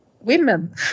women